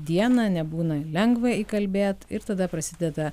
dieną nebūna lengva įkalbėt ir tada prasideda